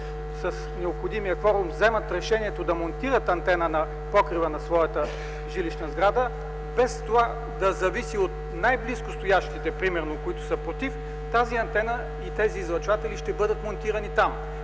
с необходимия кворум да монтират антена на покрива на своята жилищна сграда, без това да зависи от най-близко стоящите, които са против, тези антени излъчватели ще бъдат монтирани там.